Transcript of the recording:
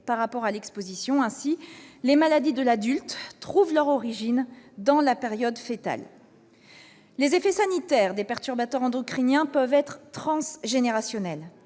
par rapport à l'exposition. Ainsi, les maladies de l'adulte trouvent leur origine dans la période foetale. Les effets sanitaires des perturbateurs endocriniens peuvent être transgénérationnels.